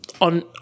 on